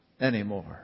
anymore